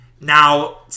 Now